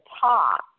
top